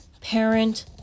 Parent